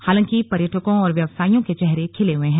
हालांकि पर्यटकों और व्यवसायियों के चेहरे खिले हुए हैं